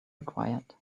required